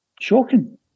shocking